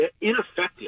ineffective